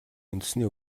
үндэсний